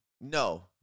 No